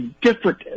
different